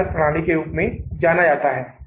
इसलिए अंतर को लाभ के रूप में जाना जाता है